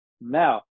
Now